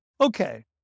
Okay